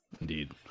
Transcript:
indeed